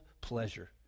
pleasure